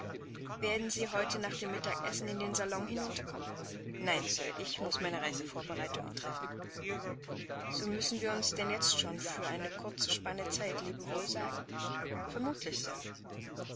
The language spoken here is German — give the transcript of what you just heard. werden sie heute nach den mittagsessen in den salon hinunterkommen nein sir ich muß meine reisevorbereitungen treffen so müssen wir uns denn jetzt schon für eine kurze spanne zeit lebewohl sagen vermutlich sir